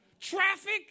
Traffic